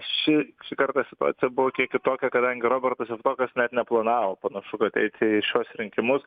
ši kartą situacija buvo kiek kitokia kadangi robertas javtokas net neplanavo panašu kad eit į šiuos rinkimus